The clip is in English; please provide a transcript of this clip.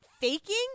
faking